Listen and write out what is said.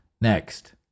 Next